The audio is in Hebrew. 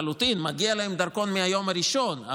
מגיע להם דרכון מהיום הראשון,